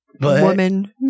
woman